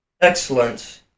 excellence